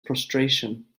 prostration